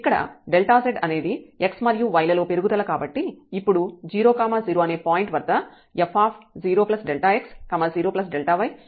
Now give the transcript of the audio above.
ఇక్కడ Δz అనేది x మరియు y లలో పెరుగుదల కాబట్టి ఇప్పుడు 0 0 అనే పాయింట్ వద్ద f0x0y f00విలువను చూద్దాం